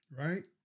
right